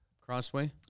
crossway